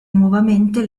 nuovamente